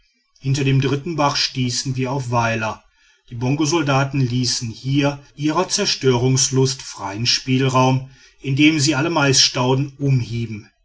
hinter dem dritten bach stießen wir auf weiler die bongosoldaten ließen hier ihrer zerstörungslust freien spielraum indem sie alle maisstauden umhieben